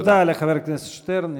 תודה לחבר הכנסת שטרן.